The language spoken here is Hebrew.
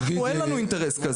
אנחנו אין לנו אינטרס כזה.